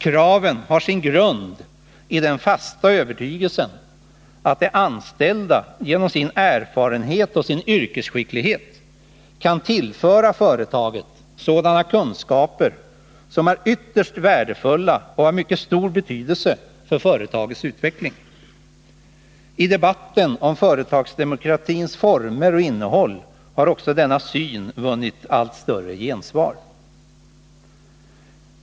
Kraven har sin grund i den fasta övertygelsen att de anställda genom sin erfarenhet och sin yrkesskicklighet kan tillföra företaget sådana kunskaper som är ytterst värdefulla och av mycket stor betydelse för företagets utveckling. I debatten om företagsdemokratins former och innehåll har också denna syn vunnit allt större gensvar.